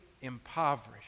impoverished